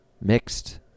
mixed